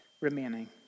remaining